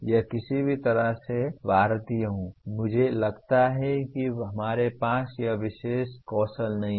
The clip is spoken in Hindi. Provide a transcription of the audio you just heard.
यह किसी भी तरह से भारतीय है मुझे लगता है कि हमारे पास यह विशेष कौशल नहीं है